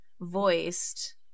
voiced